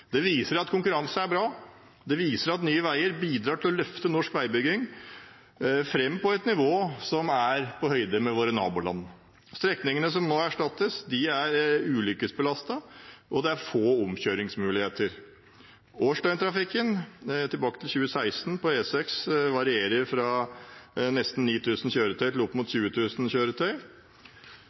Det viser at konkurranse er bra, og at Nye Veier bidrar til å løfte norsk veiutbygging fram til et nivå på høyde med våre naboland. Strekningene som nå erstattes, er ulykkesbelastede, med få omkjøringsmuligheter. Årsdøgntrafikken på E6 tilbake til 2016 varierer fra nesten 9 000 til opp mot 20 000 kjøretøy.